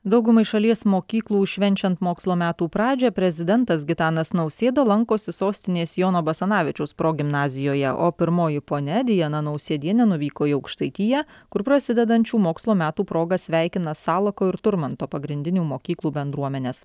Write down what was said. daugumai šalies mokyklų švenčiant mokslo metų pradžią prezidentas gitanas nausėda lankosi sostinės jono basanavičiaus progimnazijoje o pirmoji ponia diana nausėdienė nuvyko į aukštaitiją kur prasidedančių mokslo metų proga sveikina salako turmanto pagrindinių mokyklų bendruomenes